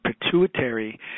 pituitary